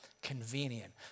convenient